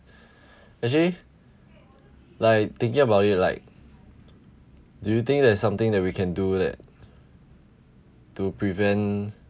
actually like thinking about it like do you think there is something that we can do that to prevent